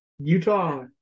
Utah